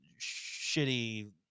shitty